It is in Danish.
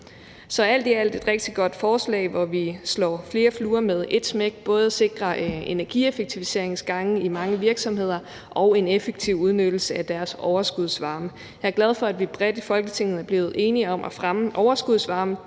er alt i alt et rigtig godt forslag, hvor vi slår flere fluer med ét smæk, altså både sikrer energieffektiviseringsgange i mange virksomheder og en effektiv udnyttelse af deres overskudsvarme. Jeg er glad for, at vi bredt i Folketinget er blevet enige om at fremme overskudsvarme.